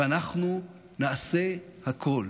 ואנחנו נעשה הכול